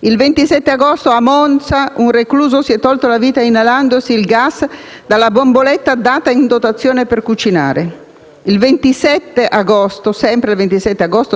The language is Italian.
Il 27 agosto a Monza un recluso si è tolto la vita inalando il gas dalla bomboletta data in dotazione per cucinare; sempre il 27 agosto